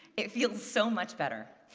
it feels so much better.